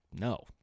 No